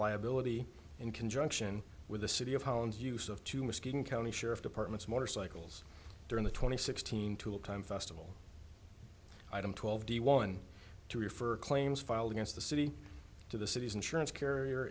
liability in conjunction with the city of holland's use of two muskegon county sheriff's departments motorcycles during the twenty sixteen tool time festival item twelve d one to refer claims filed against the city to the city's insurance carrier